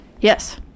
Yes